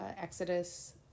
exodus